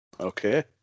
Okay